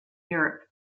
europe